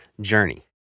journey